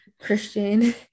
Christian